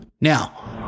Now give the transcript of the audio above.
Now